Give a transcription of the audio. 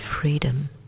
freedom